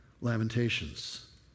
Lamentations